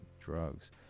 drugs